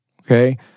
Okay